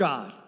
God